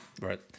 Right